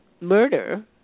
murder